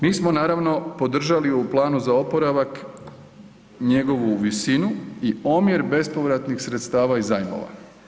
Nismo naravno podržali u planu za oporavak njegovu visinu i omjer bespovratnih sredstava i zajmova.